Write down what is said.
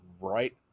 right